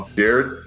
dude